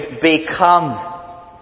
become